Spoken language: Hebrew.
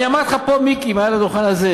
אתה מזכיר לי תעמולה שלא כדאי להזכיר אותה.